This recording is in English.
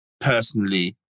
personally